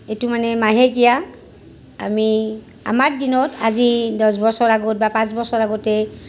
এইটো মানে মাহেকীয়া আমি আমাৰ দিনত আজি দহ বছৰ আগত বা পাঁচ বছৰ আগতে